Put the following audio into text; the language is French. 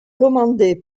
commandé